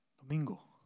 Domingo